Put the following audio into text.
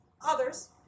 others